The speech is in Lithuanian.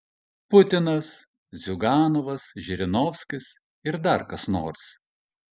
putinas ziuganovas žirinovskis ir dar kas nors